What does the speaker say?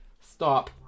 Stop